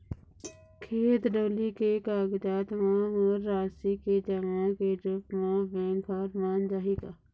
खेत डोली के कागजात म मोर राशि के जमा के रूप म बैंक हर मान जाही का?